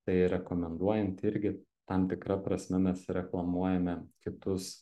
tai rekomenduojant irgi tam tikra prasme mes reklamuojame kitus